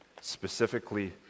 specifically